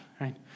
right